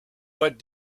what